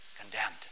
condemned